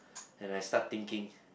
and I start thinking